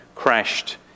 crashed